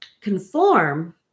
conform